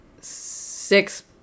six